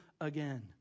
again